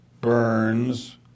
Burns